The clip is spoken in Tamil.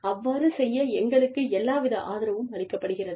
அவ்வாறுச் செய்ய எங்களுக்கு எல்லா வித ஆதரவும் அளிக்கப்படுகிறது